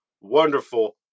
wonderful